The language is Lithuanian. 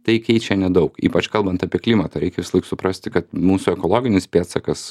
tai keičia nedaug ypač kalbant apie klimatą reikia visąlaik suprasti kad mūsų ekologinis pėdsakas